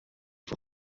for